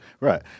Right